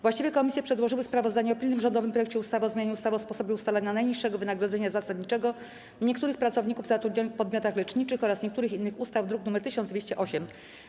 Właściwe komisje przedłożyły sprawozdanie o pilnym rządowym projekcie ustawy o zmianie ustawy o sposobie ustalania najniższego wynagrodzenia zasadniczego niektórych pracowników zatrudnionych w podmiotach leczniczych oraz niektórych innych ustaw, druk nr 1208.